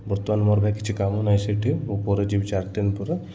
ବର୍ତ୍ତମାନ ମୋର ଭାଇ କିଛି କାମ ନାହିଁ ସେଇଠି ମୁଁ ପରେ ଯିବି ଚାରି ଦିନ ପରେ